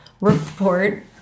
report